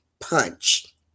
punch